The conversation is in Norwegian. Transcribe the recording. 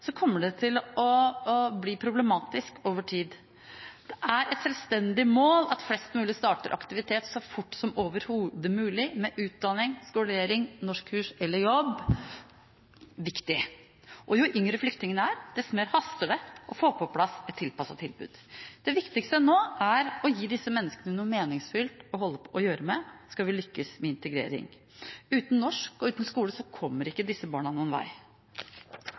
kommer det til å bli problematisk over tid. Det er et selvstendig mål at flest mulig starter aktivitet så fort som overhodet mulig med utdanning, skolering, norskkurs eller jobb – det er viktig. Jo yngre flyktningene er, jo mer haster det å få på plass et tilpasset tilbud. Det viktigste nå er å gi disse menneskene noe meningsfylt å holde på med, skal vi lykkes med integrering. Uten norsk og uten skole kommer ikke disse barna noen vei.